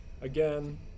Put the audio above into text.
again